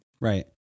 Right